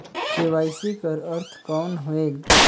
KYC कर अर्थ कौन होएल?